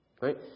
right